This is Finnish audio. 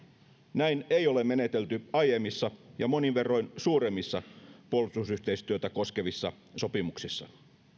näin ei ole menetelty aiemmissa ja monin verroin suuremmissa puolustusyhteistyötä koskevissa sopimuksissa